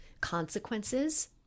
consequences